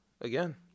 again